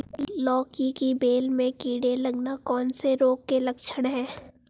लौकी की बेल में कीड़े लगना कौन से रोग के लक्षण हैं?